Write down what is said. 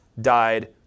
died